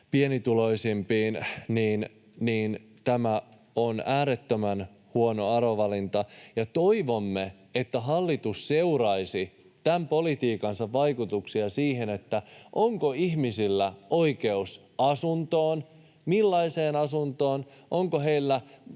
pienituloisimpiin, on äärettömän huono arvovalinta. Toivomme, että hallitus seuraisi tällaisen politiikkansa vaikutuksia siihen, onko ihmisillä oikeus asuntoon ja millaiseen asuntoon, onko heillä